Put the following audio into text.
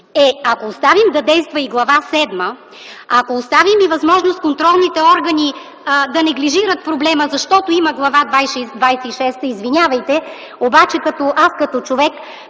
Е, ако оставим да действа и Глава седма, ако оставим и възможност контролните органи да неглижират проблема, защото има Глава двадесет и шеста, извинявайте, обаче аз като човек,